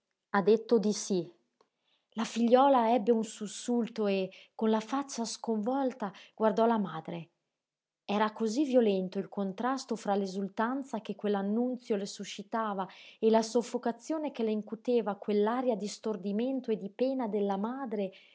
ha detto di sí la figliuola ebbe un sussulto e con la faccia sconvolta guardò la madre era cosí violento il contrasto fra l'esultanza che quell'annunzio le suscitava e la soffocazione che le incuteva quell'aria di stordimento e di pena della madre